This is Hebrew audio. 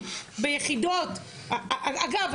אגב,